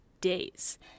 days